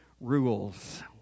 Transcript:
rules